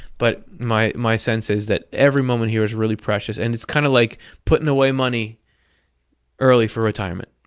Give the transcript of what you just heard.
but my my sense is that every moment here is really precious, and it's kind of like putting away money early for retirement.